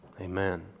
amen